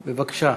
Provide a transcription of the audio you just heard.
בבקשה.